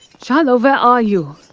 shiloh, where are you?